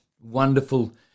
wonderful